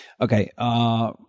Okay